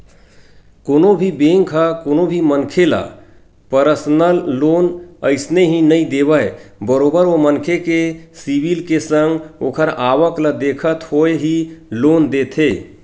कोनो भी बेंक ह कोनो भी मनखे ल परसनल लोन अइसने ही नइ देवय बरोबर ओ मनखे के सिविल के संग ओखर आवक ल देखत होय ही लोन देथे